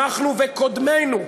אנחנו וקודמינו,